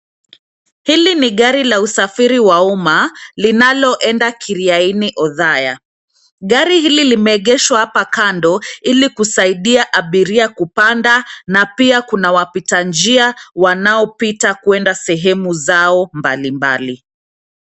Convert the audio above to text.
Hili ni gari la usafiri wa umma lilaloenda "Kiria-ini Othaya." Gari hili limeegeshwa hapa kando, ili kusaidia abiria kupanda na pia kuna wapita njia wanaopita kuenda sehemu zao mbalimbali.